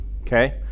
okay